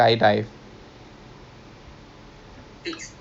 I okay tapi it won't happen one pagi